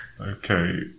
Okay